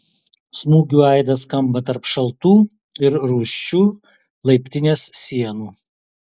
smūgių aidas skamba tarp šaltų ir rūsčių laiptinės sienų